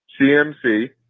CMC